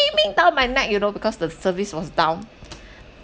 down my neck you know because the service was down